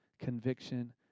conviction